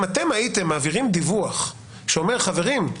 אם אתם הייתם מעבירים דיווח שאומר: חברים,